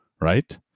right